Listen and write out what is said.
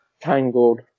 Tangled